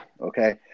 Okay